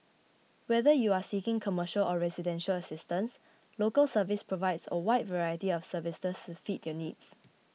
whether you are seeking commercial or residential assistance Local Service provides a wide variety of services to fit your needs